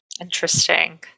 Interesting